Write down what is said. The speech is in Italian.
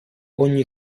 ogni